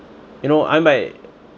you know I mean but